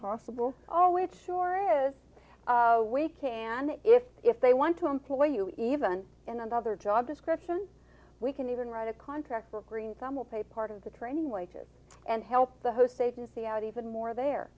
possible oh it sure is we can if if they want to employ you even in another job description we can even write a contract for a green some will pay part of the training wages and help the host agency out even more there